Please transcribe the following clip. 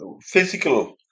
physical